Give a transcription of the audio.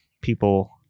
people